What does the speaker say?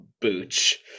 Booch